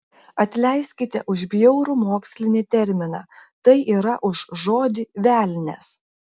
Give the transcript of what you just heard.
atleiskite už bjaurų mokslinį terminą tai yra už žodį velnias